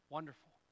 Wonderful